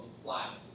apply